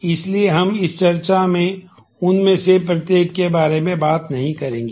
इसलिए हम इस चर्चा में उनमें से प्रत्येक के बारे में बात नहीं करेंगे